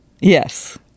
Yes